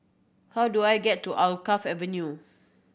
how do I get to Alkaff Avenue